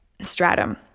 stratum